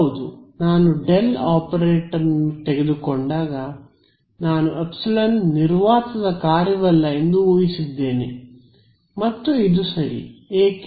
ಹೌದು ನಾನು del operator ನ್ನು ತೆಗೆದುಕೊಂಡಾಗ ನಾನು ಎಪ್ಸೈನ್ ನಿರ್ವಾತದ ಕಾರ್ಯವಲ್ಲ ಎಂದು ಊಹಿಸಿದ್ದೇನೆ ಮತ್ತು ಇದು ಸರಿ ಏಕೆ